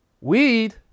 Weed